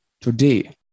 today